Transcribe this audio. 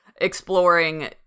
exploring